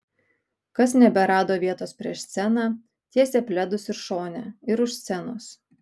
kas neberado vietos prieš sceną tiesė pledus ir šone ir už scenos